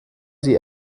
sie